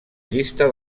llista